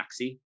Maxi